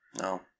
No